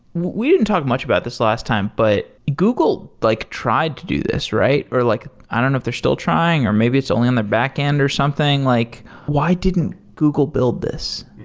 we didn't talk much about this last time, but google like tried to do this, or like i don't know if they're still trying, or maybe it's only in their backend or something. like why didn't google build this?